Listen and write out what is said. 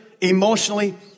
emotionally